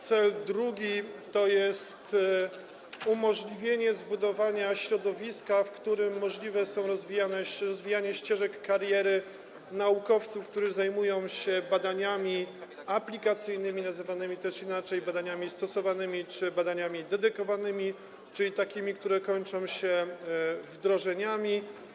Cel drugi to umożliwienie zbudowania środowiska, w którym możliwe jest rozwijanie ścieżek kariery naukowców, którzy zajmują się badaniami aplikacyjnymi, nazywanymi inaczej badaniami stosowanymi czy badaniami dedykowanymi, czyli takimi, które kończą się wdrożeniami.